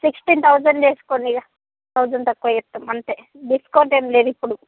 sixteen thousand చేసుకోండి ఇంక thousand తక్కువ చేస్తాం అంతే డిస్కౌంట్ ఏమీ లేదు ఇప్పుడు